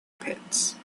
pits